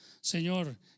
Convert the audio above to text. Señor